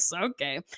Okay